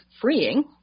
freeing